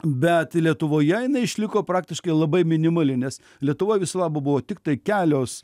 bet lietuvoje jinai išliko praktiškai labai minimali nes lietuva viso labo buvo tiktai kelios